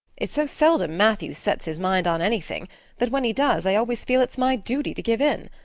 it's so seldom matthew sets his mind on anything that when he does i always feel it's my duty to give in.